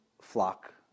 flock